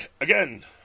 Again